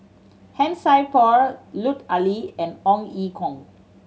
Han Sai Por Lut Ali and Ong Ye Kung